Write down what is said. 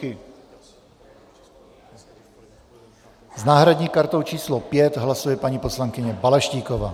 S náhradní kartou číslo 5 hlasuje paní poslankyně Balaštíková.